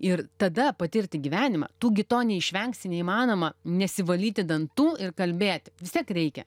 ir tada patirti gyvenimą tu gi to neišvengsi neįmanoma nesivalyti dantų ir kalbėti vis tiek reikia